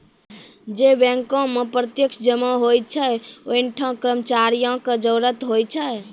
जै बैंको मे प्रत्यक्ष जमा होय छै वैंठा कर्मचारियो के जरुरत होय छै